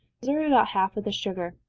reserve about half of the sugar.